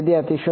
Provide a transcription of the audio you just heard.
વિદ્યાર્થી 0